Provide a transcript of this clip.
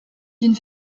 d’une